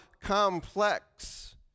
complex